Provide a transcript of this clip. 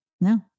No